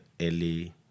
early